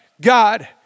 God